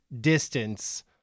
distance